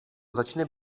začne